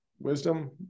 wisdom